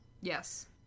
yes